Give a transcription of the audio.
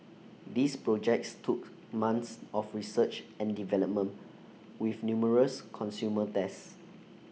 these projects took months of research and development with numerous consumer tests